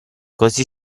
così